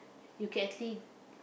you can actually